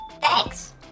Thanks